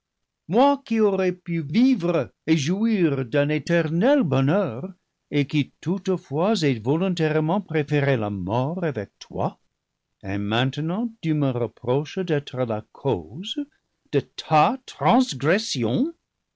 moi qui aurais pu vivre et jouir d'un éternel bonheur et qui toutefois ai volon tairement préféré la mort avec toi et maintenant tu me reproches d'être la cause de ta transgression